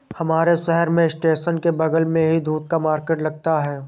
हमारे शहर में स्टेशन के बगल ही दूध का मार्केट लगता है